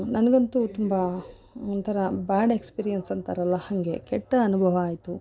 ನನಗಂತು ತುಂಬ ಒಂಥರ ಬ್ಯಾಡ್ ಎಕ್ಸ್ಪೀರಿಯೆನ್ಸ್ ಅಂತಾರಲ್ಲ ಹಾಗೆ ಕೆಟ್ಟ ಅನುಭವ ಆಯಿತು